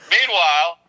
Meanwhile